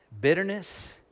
bitterness